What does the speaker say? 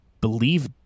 believe